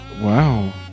Wow